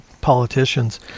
politicians